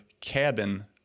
cabin